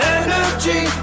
energy